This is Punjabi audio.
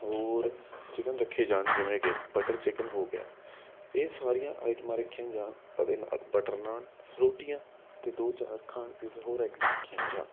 ਹੋਰ ਚਿਕਨ ਰੱਖੇ ਜਾਣ ਜਿਵੇਂ ਕਿ ਬਟਰ ਚਿਕਨ ਹੋ ਗਿਆ ਇਹ ਸਾਰੀਆਂ ਆਈਟਮਾਂ ਰੱਖੀਆਂ ਜਾਣ ਅਤੇ ਨਾਲ ਬਟਰ ਨਾਨ ਰੋਟੀਆਂ ਅਤੇ ਦੋ ਚਾਰ ਖਾਣ ਹੋਰ ਆਈਟਮਾਂ ਰੱਖੀਆ ਜਾਣ